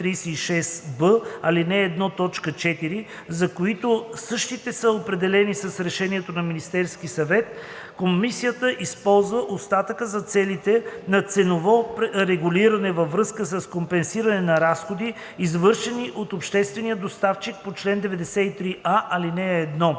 ал. 1, т. 4, за които същите са определени с решението на Министерския съвет, комисията използва остатъка за целите на ценово регулиране във връзка с компенсиране на разходи, извършени от обществения доставчик по чл. 93а, ал. 1.